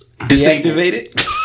Disactivated